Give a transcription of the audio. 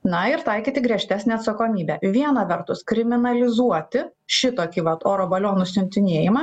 na ir taikyti griežtesnę atsakomybę viena vertus kriminalizuoti šitokį vat oro balionų siuntinėjimą